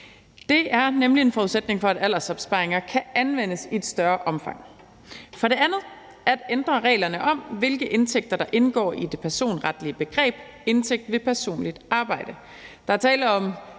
Det er nemlig en forudsætning for, at aldersopsparinger kan anvendes i et større omfang. For det andet er formålet at ændre reglerne om, hvilke indtægter der indgår i det personretlige begreb indtægt ved personligt arbejde.